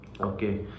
Okay